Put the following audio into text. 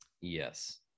yes